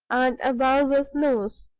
and a bulbous nose.